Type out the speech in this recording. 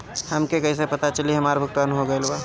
हमके कईसे पता चली हमार भुगतान हो गईल बा?